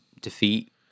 defeat